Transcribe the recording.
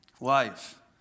life